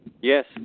Yes